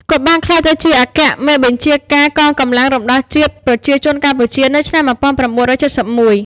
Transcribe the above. គាត់បានបានក្លាយទៅជាអគ្គមេបញ្ជាការកងកម្លាំងរំដោះជាតិប្រជាជនកម្ពុជាក្នុងឆ្នាំ១៩៧១។